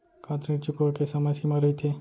का ऋण चुकोय के समय सीमा रहिथे?